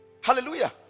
Hallelujah